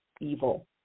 evil